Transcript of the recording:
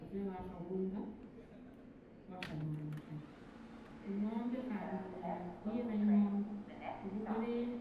uvee wakharunga, wakhanyola mukhali, ingombe khandi unyala khuira ingombe uvugulee.